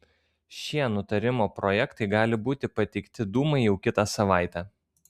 šie nutarimo projektai gali būti pateikti dūmai jau kitą savaitę